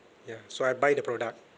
ya so I buy the product